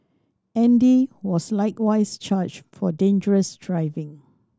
Andy was likewise charged for dangerous driving